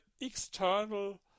external